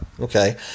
Okay